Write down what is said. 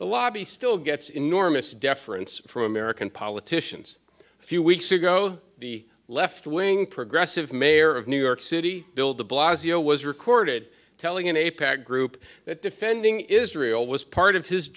the lobby still gets enormous deference from american politicians a few weeks ago the left wing progressive mayor of new york city bill de blasio was recorded telling in a packed group that defending israel was part of his